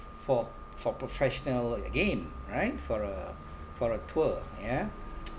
for for professional gain right for a for a tour ya